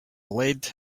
lead